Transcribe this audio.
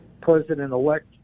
president-elect